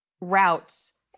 Routes